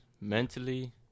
Mentally